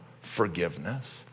forgiveness